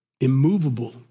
immovable